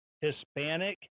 Hispanic